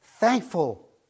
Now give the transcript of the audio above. Thankful